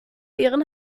ihren